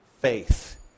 faith